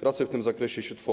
Prace w tym zakresie są prowadzone